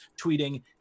tweeting